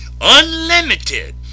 unlimited